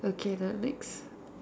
okay now next